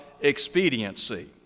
expediency